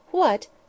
What